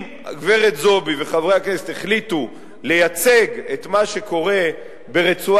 אם הגברת זועבי וחברי הכנסת החליטו לייצג את מה שקורה ברצועת-עזה,